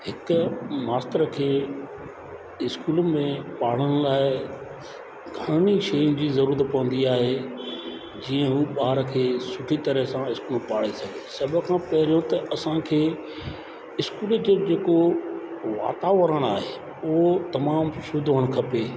हिक मास्तर खे स्कूल में ॿारनि लाइ घणी शयुनि जी ज़रूरत पवंदो आहे जीअं हू ॿार खे सुठी तरह सां स्कूल पाढ़े सघे सभ खां पहिरों त असांखे स्कूल जो जेको वातावरण आहे उहो तमामु शुद्ध हुअणु खपे